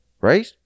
right